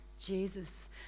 Jesus